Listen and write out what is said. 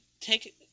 take